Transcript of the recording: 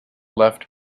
left